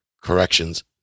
corrections